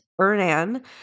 Bernan